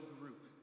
group